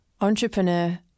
entrepreneur